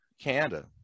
canada